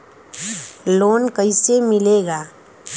Loan कईसे मिलेला?